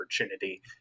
opportunity